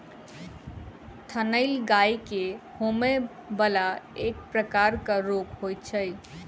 थनैल गाय के होमय बला एक प्रकारक रोग होइत छै